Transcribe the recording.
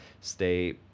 stay